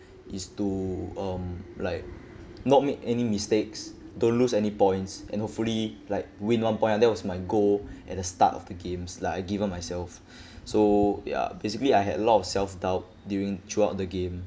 is to um like not make any mistakes don't lose any points and hopefully like win one point ya that was my goal at the start of the games like I've given myself so ya basically I had a lot of self doubt during throughout the game